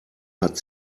hat